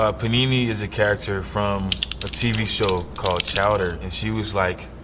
ah panini is a character from a tv show called chowder. and she was, like,